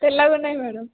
తెల్లగా ఉన్నాయి మేడం